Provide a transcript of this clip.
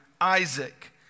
Isaac